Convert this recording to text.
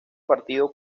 partido